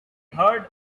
heard